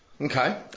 Okay